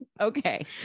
Okay